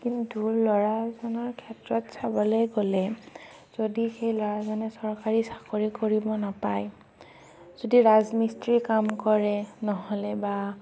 কিন্তু ল'ৰাজনৰ ক্ষেত্ৰত চাবলৈ গ'লে যদি সেই ল'ৰাজনে চৰকাৰী চাকৰি কৰিব নাপায় যদি ৰাজমিস্ত্ৰী কাম কৰে নহ'লে বা